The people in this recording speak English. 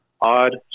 odd